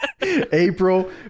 April